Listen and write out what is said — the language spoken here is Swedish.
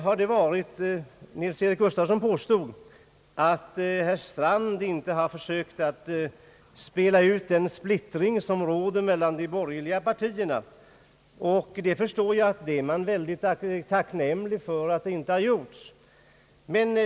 Herr Nils-Eric Gustafsson påstod att herr Strand inte hade försökt att spela ut den splittring som råder mellan de borgerliga partierna. Jag förstår att det är väldigt tacknämligt, att så inte har gjorts.